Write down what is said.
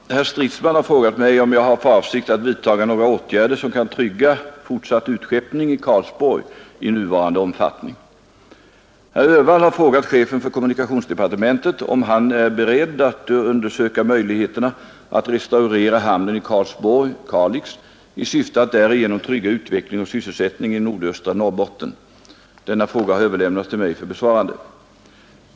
Herr talman! Herr Stridsman har frågat mig om jag har för avsikt att vidtaga några åtgärder som kan trygga fortsatt utskeppning i Karlsborg i nuvarande omfattning. Herr Öhvall har frågat chefen för kommunikationsdepartementet om han är beredd undersöka möjligheterna att restaurera hamnen i Karlsborg, Kalix, i syfte att därigenom trygga utveckling och sysselsättning i nordöstra Norrbotten. Denna fråga har överlämnats till mig för besvarande.